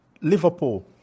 Liverpool